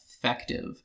Effective